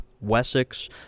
Wessex